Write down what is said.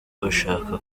bashaka